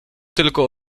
tylko